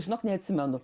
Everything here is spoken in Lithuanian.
žinok neatsimenu